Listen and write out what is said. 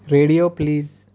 radio please